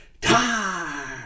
time